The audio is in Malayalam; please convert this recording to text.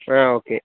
ആ ഓക്കെ